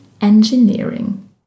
engineering